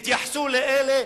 התייחסו לאלה,